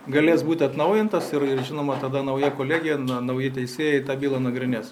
galės būt atnaujintas ir ir žinoma tada nauja kolegija nauji teisėjai tą bylą nagrinės